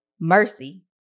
mercy